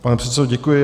Pane předsedo, děkuji.